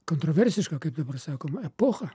kontroversišką kaip dabar sakoma epochą